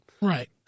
Right